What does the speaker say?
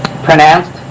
pronounced